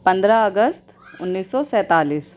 پندرہ اگست انیس سو سینتالیس